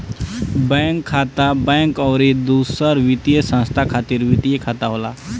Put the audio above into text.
bank खाता, bank अउरी दूसर वित्तीय संस्था खातिर वित्तीय खाता होला